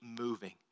moving